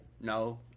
No